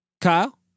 Kyle